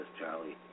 Charlie